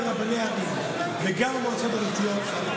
ברבני ערים וגם במועצות הדתיות,